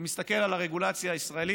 הוא מסתכל על הרגולציה הישראלית,